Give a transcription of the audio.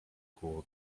cool